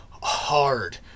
Hard